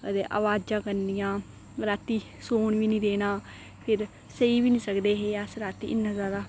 ते अवाजां करनियां रातीं सौन बी नेईं देना फिर सेई बी नेईं सकदे हे अस राती इन्ना जैदा